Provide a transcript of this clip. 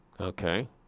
Okay